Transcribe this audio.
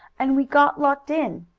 and we got locked in.